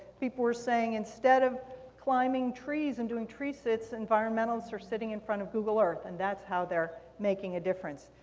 people were saying, instead of climbing trees and doing tree sits, environmentalists are sitting in front of google earth, and that's how they're making a difference.